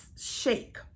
shake